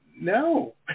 no